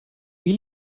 wie